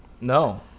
No